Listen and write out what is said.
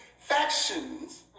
factions